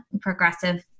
progressive